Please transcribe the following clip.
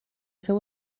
seu